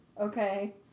Okay